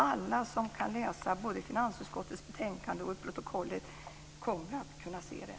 Alla som läser finansutskottets betänkande och protokollet kommer att kunna se det.